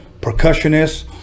percussionist